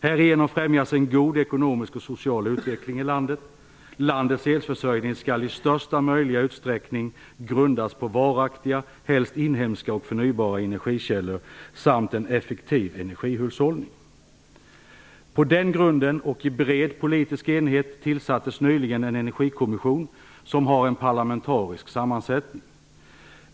Härigenom främjas en god ekonomisk och social utveckling i landet. Landets elförsörjning skall i största möjliga utsträckning grundas på varaktiga, helst inhemska och förnybara energikällor samt en effektiv energihushållning. På den grunden, och i bred politisk enighet, tillsattes nyligen en energikommission som har parlamentarisk sammansättning.